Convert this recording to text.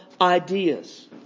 ideas